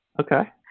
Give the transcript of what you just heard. Okay